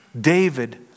David